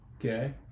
Okay